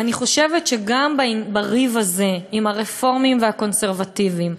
אני חושבת שגם בריב הזה עם הרפורמים והקונסרבטיבים,